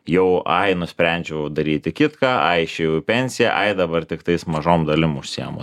jau ai nusprendžiau daryti kitką ai išėjau į pensiją ai dabar tiktais mažom dalim užsiemu